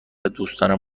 دوستانم